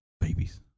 babies